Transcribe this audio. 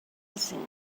missing